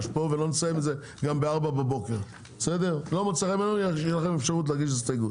ואז דווקא ראינו שכמות המשקים גדלו,